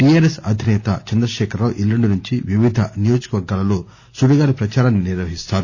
TRS అధినేత చంద్రకేఖర రావు ఎల్లుండి నుంచి వివిధ నియోజక వర్గాల్లో సుడిగాలి ప్రచారాన్సి నిర్వహిస్తారు